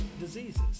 diseases